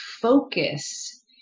focus